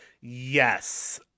Yes